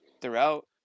throughout